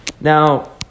Now